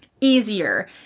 easier